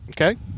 Okay